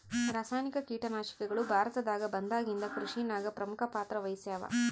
ರಾಸಾಯನಿಕ ಕೀಟನಾಶಕಗಳು ಭಾರತದಾಗ ಬಂದಾಗಿಂದ ಕೃಷಿನಾಗ ಪ್ರಮುಖ ಪಾತ್ರ ವಹಿಸ್ಯಾವ